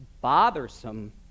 bothersome